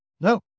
no